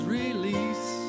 release